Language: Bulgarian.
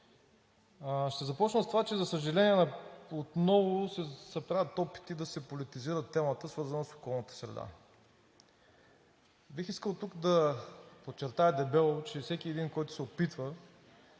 Ще започна с това, че, за съжаление, отново се правят опити да се политизира темата, свързана с околната среда. Бих искал тук да подчертая дебело, че всеки един, който се опитва